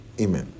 amen